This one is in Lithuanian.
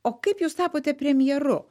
o kaip jūs tapote premjeru